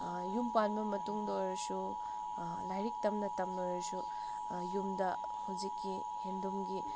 ꯌꯨꯝ ꯄꯥꯟꯕ ꯃꯇꯨꯡꯗ ꯑꯣꯏꯔꯁꯨ ꯂꯥꯏꯔꯤꯛ ꯇꯝꯅ ꯇꯝꯅ ꯑꯣꯏꯔꯁꯨ ꯌꯨꯝꯗ ꯍꯧꯖꯤꯛꯀꯤ ꯍꯦꯟꯂꯨꯝꯒꯤ